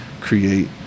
create